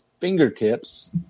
Fingertips